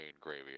gravy